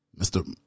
Mr